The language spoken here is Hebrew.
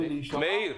מאיר,